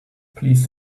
please